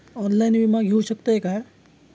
Online विमा घेऊ शकतय का?